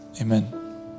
Amen